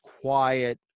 quiet